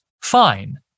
fine